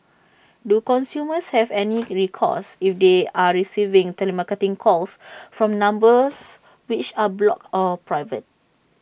do consumers have any recourse if they are receiving telemarketing calls from numbers which are blocked or private